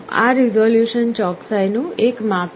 આ રીઝોલ્યુશન ચોકસાઈનું એક માપ છે